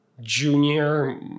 junior